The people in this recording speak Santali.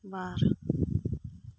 ᱵᱟᱨ